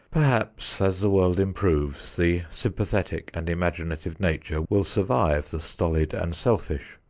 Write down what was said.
perhaps as the world improves, the sympathetic and imaginative nature will survive the stolid and selfish.